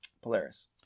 Polaris